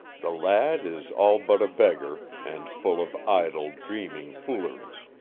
the lad is all but a beggar, and full of idle, dreaming fooleries.